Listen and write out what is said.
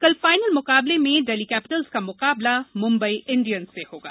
कल फाइनल मुकाबले में दिल्ली कैपिटल्स का मुकाबला मुंबई इंडियंस से होगा